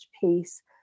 piece